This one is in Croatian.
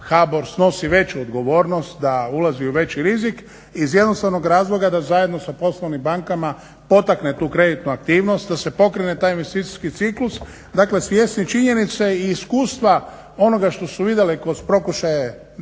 HBOR snosi veću odgovornost, da ulazi u veći rizik iz jednostavnog razloga da zajedno sa poslovnim bankama potakne tu kreditnu aktivnost, da se pokrene taj investicijski ciklus. Dakle, svjesni činjenice i iskustva onoga što su vidjeli kroz pokušaje